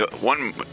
One